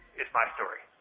is my story.